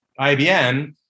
IBM